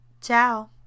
Ciao